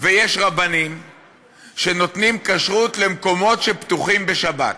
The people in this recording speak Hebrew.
שיש רבנים שנותנים כשרות למקומות שפתוחים בשבת.